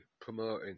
promoting